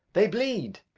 they bleed.